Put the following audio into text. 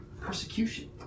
Persecution